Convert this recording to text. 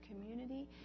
community